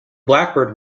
blackbird